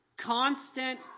constant